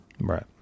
Right